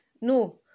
No